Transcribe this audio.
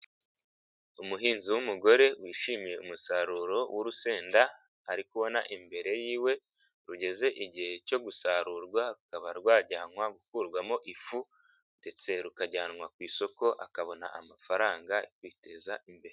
Umuhinzi w'umugore wishimiye umusaruro w'urusenda ari kubona imbere yiwe, rugeze igihe cyo gusarurwa rukaba rwajyanwa gukurwamo ifu ndetse rukajyanwa ku isoko akabona amafaranga akiteza imbere.